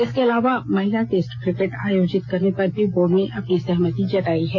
इसके अलावा महिला टेस्ट क्रिकेट आयोजित करने पर भी बोर्ड ने अपनी सहमति जताई है